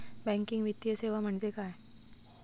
Banking वित्तीय सेवा म्हणजे काय?